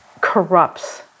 corrupts